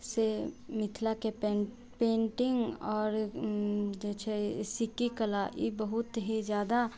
से मिथिलाके पे पेंटिंग आओर जे छै सिक्की कला ई बहुत ही ज्यादा